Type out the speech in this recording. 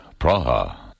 Praha